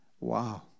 wow